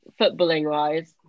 footballing-wise